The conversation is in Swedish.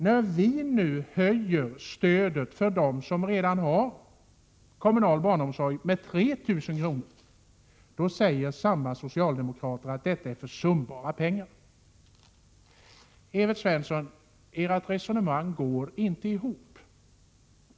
När vi nu höjer stödet till dem som redan har kommunal barnomsorg med 3 000 kr. säger samma socialdemokrater att detta är försumbara pengar. Ert resonemang går inte ihop, Evert Svensson.